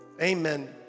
Amen